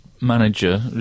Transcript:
manager